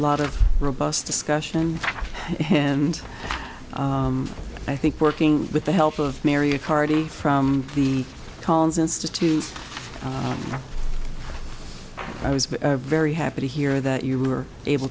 a lot of robust discussion him and i think working with the help of marriott hardy from the calls institute i was very happy to hear that you were able